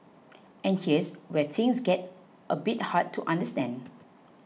and here's where things get a bit hard to understand